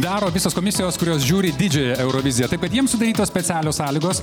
daro visos komisijos kurios žiūri didžiąją euroviziją taip kad jiem sudarytos specialios sąlygos